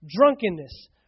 drunkenness